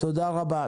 תודה רבה.